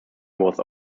was